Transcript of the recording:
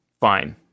fine